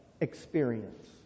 experience